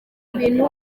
ibintu